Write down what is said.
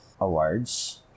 awards